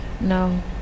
no